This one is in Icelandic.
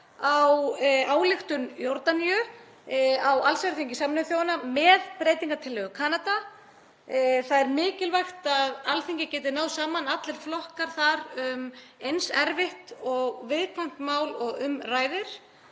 á ályktun Jórdaníu á allsherjarþingi Sameinuðu þjóðanna með breytingartillögu Kanada. Það er mikilvægt að Alþingi geti náð saman þar um, allir flokkar, eins erfitt og viðkvæmt mál og um ræðir.